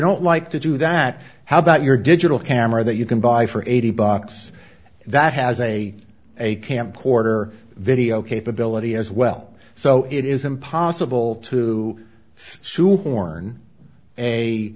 don't like to do that how about your digital camera that you can buy for eighty bucks that has a a camp order video capability as well so it is impossible to sho